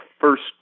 first